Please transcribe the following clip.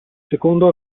secondo